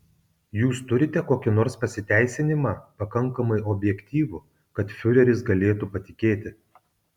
jūs turite kokį nors pasiteisinimą pakankamai objektyvų kad fiureris galėtų patikėti